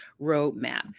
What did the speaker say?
roadmap